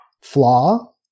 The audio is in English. flaw